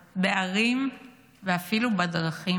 בערים ואפילו בדרכים.